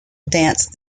dance